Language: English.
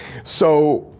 so,